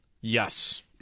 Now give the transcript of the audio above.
Yes